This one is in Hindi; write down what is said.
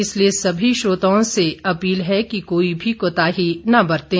इसलिए सभी श्रोताओं से अपील है कि कोई भी कोताही न बरतें